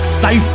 stay